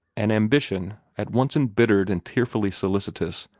an ambition, at once embittered and tearfully solicitous,